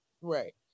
Right